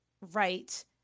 right